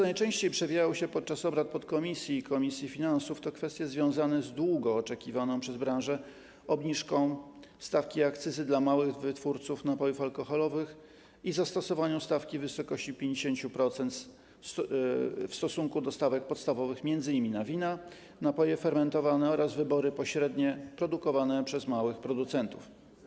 Najczęściej podczas obrad podkomisji i komisji finansów przewijały się kwestie związane z długo oczekiwaną przez branżę obniżką stawki akcyzy dla małych wytwórców napojów alkoholowych i zastosowaniu stawki w wysokości 50% w stosunku do stawek podstawowych, m.in. na wina, napoje fermentowane oraz wybory pośrednie produkowane przez małych producentów.